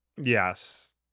Yes